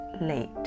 late